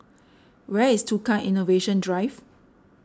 where is Tukang Innovation Drive